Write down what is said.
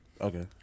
Okay